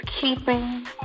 keeping